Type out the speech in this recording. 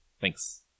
Thanks